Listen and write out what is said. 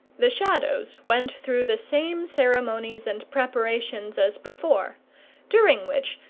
the shadows went through the same ceremonies and preparations as before during which,